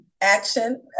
action